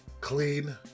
clean